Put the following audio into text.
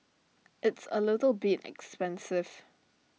it's A little bit expensive